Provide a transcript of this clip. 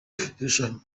irushanwa